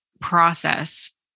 process